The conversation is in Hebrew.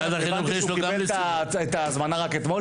אני הבנתי שהוא קיבל את ההזמנה רק אתמול.